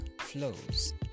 flows